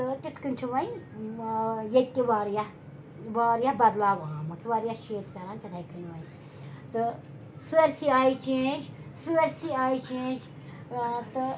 تہٕ تِتھ کٔنۍ چھِ وۄنۍ ییٚتہِ تہِ واریاہ واریاہ بدلاو آمُت واریاہ چھِ ییٚتہِ کَران تِتھے کٔنۍ وۄنۍ تہٕ سٲرۍسٕے آیہِ چینٛج سٲرۍسٕے آیہِ چینٛج تہٕ